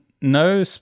no